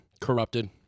corrupted